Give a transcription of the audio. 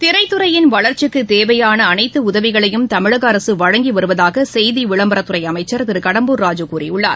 திரைத்துறையின் வளர்ச்சிக்குதேவையானஅனைத்துஉதவிகளையும் தமிழகஅரசுவழங்கிவருவதாகசெய்திவிளம்பரத்துறைஅமைச்சர் திருகடம்பூர் ராஜு கூறியுள்ளார்